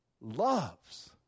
loves